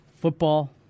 Football